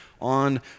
on